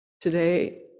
today